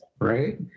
Right